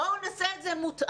בואו נעשה את זה מותאם.